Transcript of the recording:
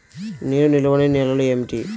నీరు నిలువని నేలలు ఏమిటి?